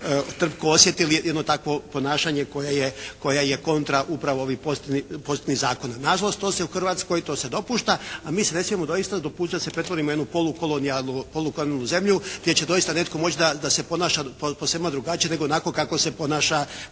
trpko osjetili jedno takvo ponašanje koje je kontra upravo ovih pozitivnih zakona. Nažalost to se u Hrvatskoj, to se dopušta. A mi smo recimo doista dopustili da se pretvorimo u jednu polu kolonijalnu zemlju gdje će doista netko moći da se ponaša po svemu drugačije nego onako kako se ponaša